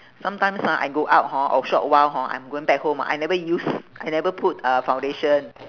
sometimes ah I go out hor or shop a while hor I'm going back home I never use I never put uh foundation